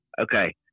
Okay